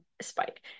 spike